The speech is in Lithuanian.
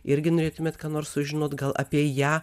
irgi norėtumėt ką nors sužinot gal apie ją